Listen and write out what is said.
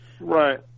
right